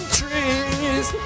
trees